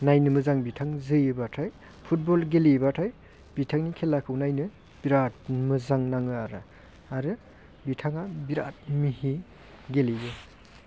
नायनो मोजां बिथां जोयोबाथाय फुटबल गेलेयोबाथाय बिथांनि खेलाखौ नायनो बिरात मोजां नाङो आरो आरो बिथाङा बिरात मिहि गेलेयो